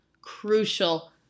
crucial